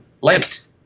liked